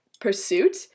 pursuit